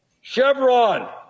chevron